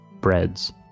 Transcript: breads